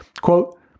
quote